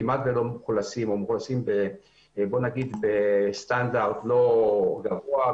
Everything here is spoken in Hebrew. כמעט ולא מאוכלסים או מאוכלסים בסטנדרט מאוד נמוך